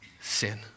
sin